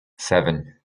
seven